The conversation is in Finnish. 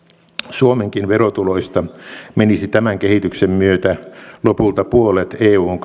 suomenkin verotuloista menisi tämän kehityksen myötä lopulta puolet eun